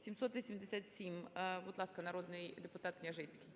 787. Будь ласка, народний депутат Княжицький.